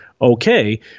Okay